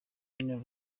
nyine